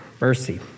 Mercy